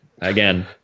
again